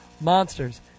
Monsters